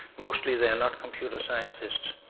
mostly they are not computer scientists.